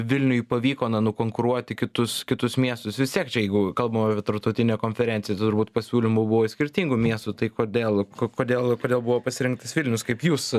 vilniui pavyko na nukonkuruoti kitus kitus miestus vis tiek čia jeigu kalbam tarptautinę konferenciją tai turbūt pasiūlymų buvo iš skirtingų miestų tai kodėl kodėl kodėl buvo pasirinktas vilnius kaip jūs